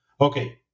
okay